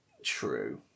True